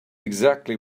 exactly